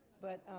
but